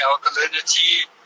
alkalinity